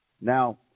Now